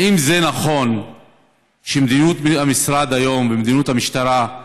האם זה נכון שמדיניות המשרד היום ומדיניות המשטרה היא